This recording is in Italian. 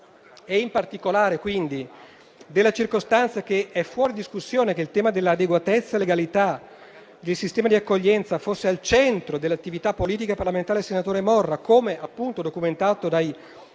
e, in particolare, della circostanza che sia fuori discussione che il tema dell'adeguatezza e della legalità del sistema di accoglienza fosse al centro dell'attività politica e parlamentare del senatore Morra, come documentato dai